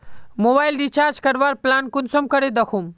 Mobile recharge करवार plan कुंसम करे दखुम?